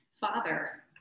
father